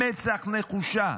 במצח נחושה,